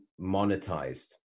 monetized